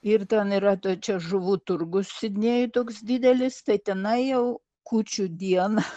ir ten yra to čia žuvų turgus sidnėjuj toks didelis tai tenai jau kūčių dieną